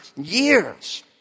years